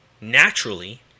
naturally